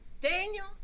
Daniel